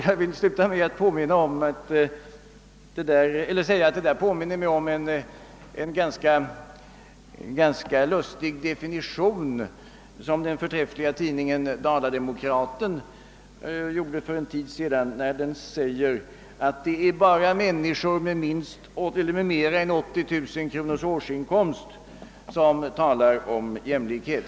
Jag vill sluta med att säga att talet om meritokratiseringens risker påminner om en definition som den förträffliga tidningen Dala-Demokraten gjorde för en tid sedan, när man skrev att det är bara människor med mer än 80 000 kronors årsinkomst som talar om jämlikhet.